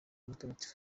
mutagatifu